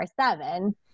seven